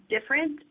different